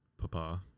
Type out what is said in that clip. papa